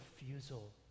refusal